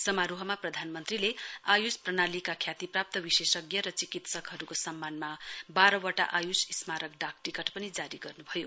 समारोहमा प्रधानमन्त्रीले आयुष प्रणालीका ख्यातिप्राप्त विशेषज्ञ र चिकित्सकहरुको सम्मानमा वाह्व वटा आयुष स्मारक डाक टिकट पनि जारी गर्नुभयो